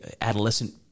adolescent